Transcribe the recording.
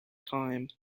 time